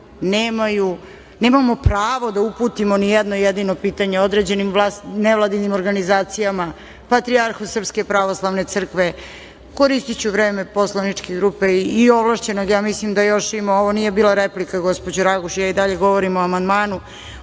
nemamo pravo da uputimo nijedno jedino pitanje, nevladinim organizacijama, patrijarhu SPC, koristiću vreme poslaničke grupe i ovlašćenog, mislim da još ima, ovo nije bila replika, gospođo Raguš, ja i dalje govorim o amandmanu,